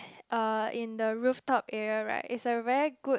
uh in the rooftop area right is a very good